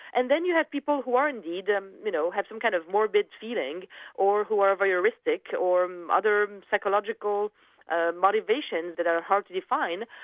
and then you have people who are indeed, um you know have some kind of morbid feeling or who are voyeuristic or um other psychological ah motivations that are hard to define,